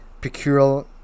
peculiar